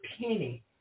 penny